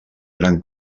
gran